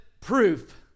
proof